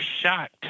shocked